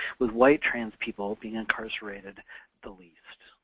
with white trans people being incarcerated the least.